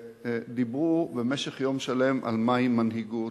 דיברו במשך יום שלם על מהי מנהיגות,